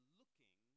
looking